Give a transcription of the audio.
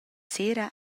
sera